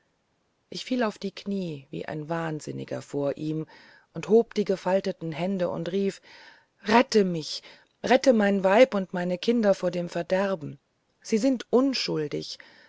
ich fiel auf die knie wie ein wahnsinniger vor ihm und hob die gefalteten hände und rief rette mich rette mein weib und meine kinder vor dem verderben sie sind unschuldig